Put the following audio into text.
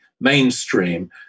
mainstream